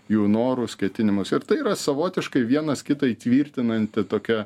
jų norus ketinimus ir tai yra savotiškai vienas kitą įtvirtinanti tokia